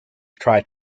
tried